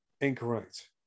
incorrect